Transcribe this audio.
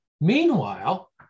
Meanwhile